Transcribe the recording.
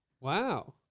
wow